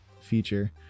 feature